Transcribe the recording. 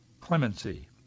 clemency